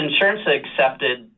insurance-accepted